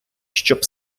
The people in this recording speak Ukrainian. щоб